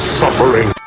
suffering